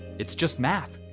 it's just math.